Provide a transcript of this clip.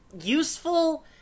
useful